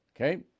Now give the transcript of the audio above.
Okay